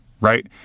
right